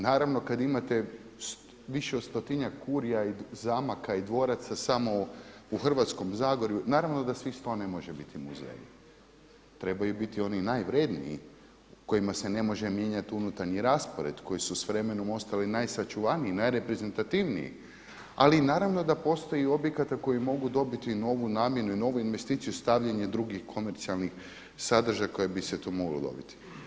Naravno kada imate više od stotinjak kurija i zamaka i dvoraca samo u Hrvatskome Zagorju naravno da svih 100 ne može biti muzej, trebaju biti oni najvrjedniji kojima se ne može mijenjati unutarnji raspored, koji su s vremenom ostali najsačuvaniji, najreprezentativniji ali i naravno da postoji objekata koji mogu dobiti novu namjenu i novu investiciju stavljanje drugih komercijalnih sadržaja koje bi se tu moglo dobiti.